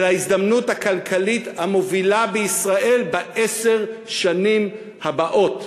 ולהזדמנות הכלכלית המובילה בישראל בעשר השנים הבאות.